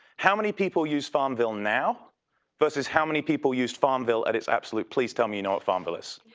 how many people use farmville now versus how many people used farmville at its absolute, please tell me you know what farmville is.